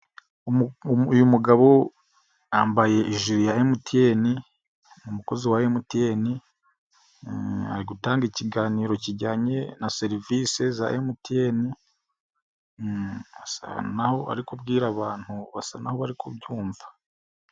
Uyu mugabo yambaye ijiri ya MTN, umukozi wa MTN, ari gutanga ikiganiro kijyanye na serivisi za MTN, asa n'aho ari kubwira abantu basa n'aho bari kubyumva.